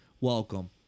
welcome